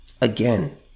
Again